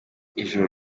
ijoro